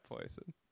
poison